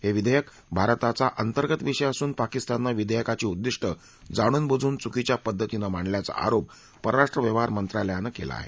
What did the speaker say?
हे विधेयक भारताचा अंतर्गत विषय असून पाकिस्ताननं विधेयकाची उद्दिष्ट जाणून बुजून चुकीच्या पद्धतीनं मांडल्याचा आरोप परराष्ट्र व्यवहार मंत्रालयानं केला आहे